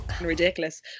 ridiculous